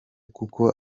kuko